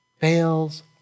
fails